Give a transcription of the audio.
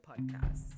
Podcasts